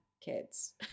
kids